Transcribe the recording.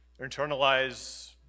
internalize